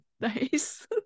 Nice